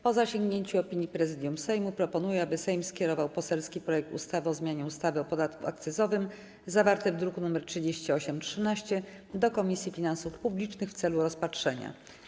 Po zasięgnięciu opinii Prezydium Sejmu proponuję, aby Sejm skierował poselski projekt ustawy o zmianie ustawy o podatku akcyzowym, zawarty w druku nr 3813, do Komisji Finansów Publicznych w celu rozpatrzenia.